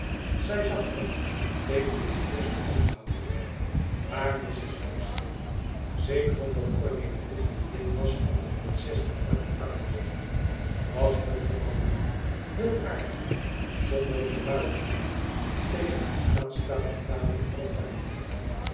zij zag op tegen dit eerste onderhoud maar mrs uxeley zeker omdat cornélie de vriendin was van de prinses di forte braccio was heel gemakkelijk heel aardig zonder neêrbuigendheid tegen haar aanstaande dame de compagnie